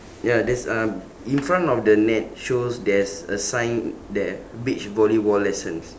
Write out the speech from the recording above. ya there's um in front of the net shows there's a sign there beach volleyball lessons